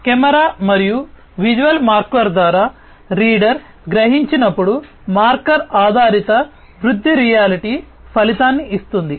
camera మరియు visual marker ద్వారా reader గ్రహించినప్పుడు మార్కర్ ఆధారిత వృద్ధి రియాలిటీ ఫలితాన్ని ఇస్తుంది